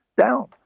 down